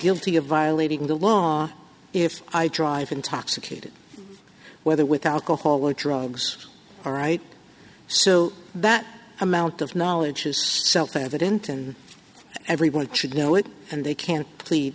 guilty of violating the law if i drive intoxicated whether with alcohol or drugs all right so that amount of knowledge is self evident and everyone should know it and they can't plead